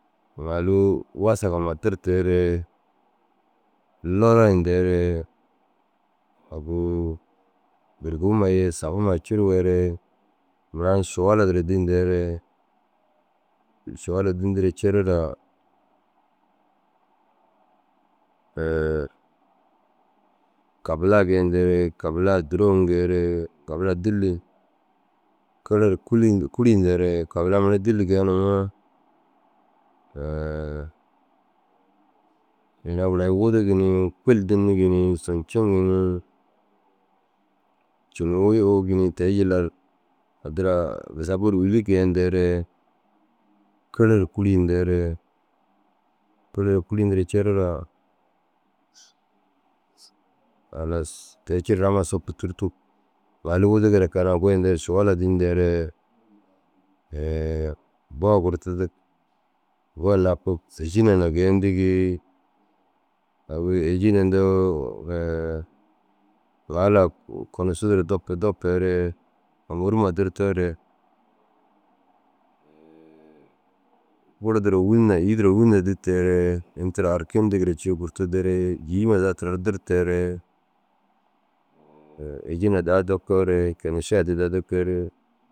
Ŋailuu wasagma dirteere loloyindeere agu bûrbuuma ye sabu huma ye curuuere mura na šuwala duro dîndeere. Šuwala duro dîndire ru cireraa kabulaa geeyindeere kabulaa duro ûŋgeere kabulaa dîlli kere ru kûli kûriyindeere kabulaa mere dîlli geenummoo ina gura i wudugi nii kuil dînigi ni zunciŋi ni cunuwii uwugi ni. Te- u jillar addira busabuu ru ŋûlli geeyindeere kere ru kûruyindeere. Kere ru kûriyindire ru cireraa halas te- u cireraa amma i sopu tûrtug. Ŋailu wudugire kege na goyindeere šuwala dîndeere boo gurtudug. Boo ru lapug êjile na geeyindigii. Agu « êjile » yindoo ŋaila kunusuu duro dopu dopuere kûmoruma durtoore guru duro wûna îyi duro wûnaa dûteere ini tira «arkin» yindigire cii gurtudeere îyi ma zaga tirar dirteere êjile daha dokoore kenše addi daha dokeere.